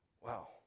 Wow